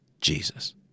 Jesus